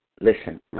listen